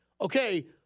okay